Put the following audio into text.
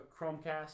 Chromecast